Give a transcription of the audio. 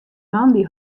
moandei